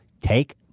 take